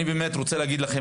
אני באמת רוצה להגיד לכם,